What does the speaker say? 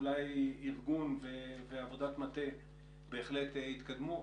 אולי ארגון ועבודת מטה בהחלט התקדמו,